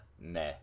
meh